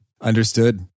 Understood